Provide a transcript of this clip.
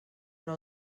però